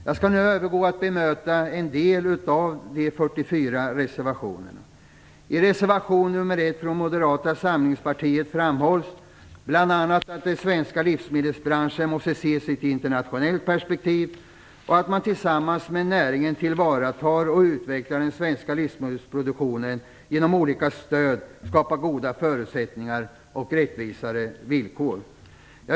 Jag skall nu övergå till att bemöta en del av de 44 I reservation 1 från Moderata samlingspartiet framhålls bl.a. att den svenska livsmedelsbranschen måste ses i ett internationellt perspektiv och att man tillsammans med näringen tillvaratar och utvecklar den svenska livsmedelsproduktionen och genom olika stöd skapar goda förutsättningar och rättvisare villkor.